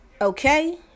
okay